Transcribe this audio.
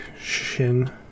Shin